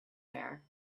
there